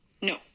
No